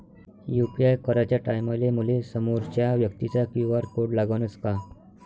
UPI कराच्या टायमाले मले समोरच्या व्यक्तीचा क्यू.आर कोड लागनच का?